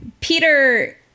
Peter